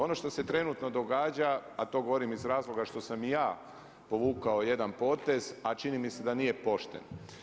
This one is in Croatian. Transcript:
Ono što se trenutno događa, a to govorim iz razloga što sam i ja povukao jedan potez, a čini mi se da nije pošten.